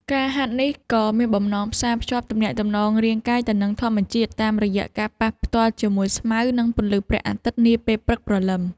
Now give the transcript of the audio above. ការហាត់នេះ ក៏មានបំណងផ្សារភ្ជាប់ទំនាក់ទំនងរាងកាយទៅនឹងធម្មជាតិ តាមរយៈការប៉ះផ្ទាល់ជាមួយស្មៅ និងពន្លឺព្រះអាទិត្យនាពេលព្រឹកព្រលឹម។